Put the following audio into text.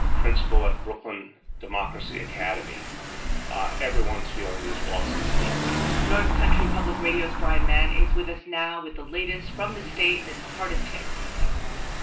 principal at brooklyn democracy academy everyone's feeling these losses deeply north country public radio's brian mann is with us now with the latest from the state that's hardest-hit at the moment.